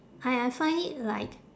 I I find it like